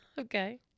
Okay